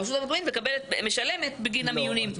הרשות המקומית משלמת בגין המיונים.